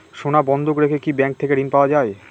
সোনা বন্ধক রেখে কি ব্যাংক থেকে ঋণ পাওয়া য়ায়?